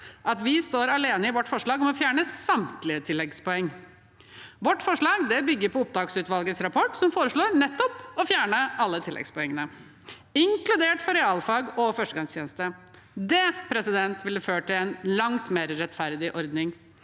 at vi står alene i vårt forslag om å fjerne samtlige tilleggspoeng. Vårt forslag bygger på opptaksutvalgets rapport, som foreslår nettopp å fjerne alle tilleggspoengene, inkludert for realfag og førstegangstjeneste. Det ville ført til en langt mer rettferdig ordning.